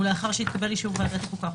ולאחר שהתקבל אישור ועדת החוקה,